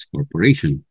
Corporation